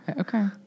okay